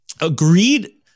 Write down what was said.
agreed